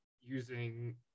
using